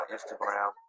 Instagram